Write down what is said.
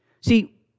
See